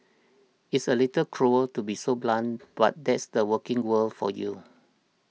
it's a little cruel to be so blunt but that's the working world for you